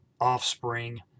offspring